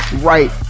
right